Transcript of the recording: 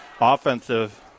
offensive